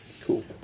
Cool